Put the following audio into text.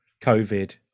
COVID